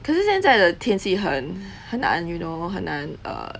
可是现在的天气很很难 you know 很难 err